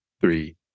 three